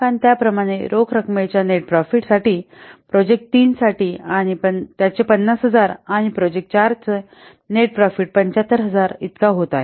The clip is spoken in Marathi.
आणि त्याचप्रमाणे रोख रकमेच्या नेट प्रॉफिट साठी प्रोजेक्ट 3 साठी त्याचे 50000 आणि प्रोजेक्ट 4 चा नेट प्रॉफिट 75000 इतका होत आहे